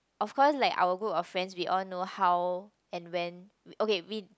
of course like our group of friends we all know how and when okay we